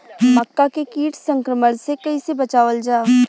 मक्का के कीट संक्रमण से कइसे बचावल जा?